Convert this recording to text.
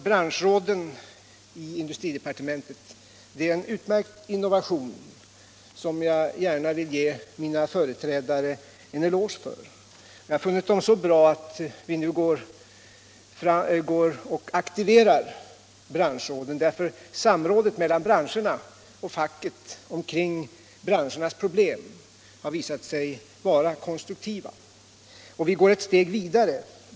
Branschrådeh i industridepartementet är en utmärkt innovation, herr Johansson, som jag gärna vill ge mina företrädare en eloge för. Vi har funnit dem så bra att vi nu aktiverar branschråden, eftersom samråd mellan branscherna och facket kring branschernas problem har visat sig vara konstruktivt. Och vi går ett steg längre.